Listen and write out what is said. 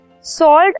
salt